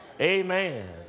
Amen